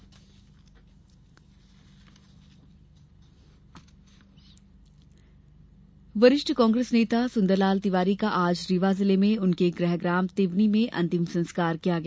अंत्येष्टि वरिष्ठ कांग्रेस नेता सुंदरलाल तिवारी का आज रीवा जिले में उनके गृह ग्राम तिवनी में अंतिम संस्कार किया गया